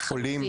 חולים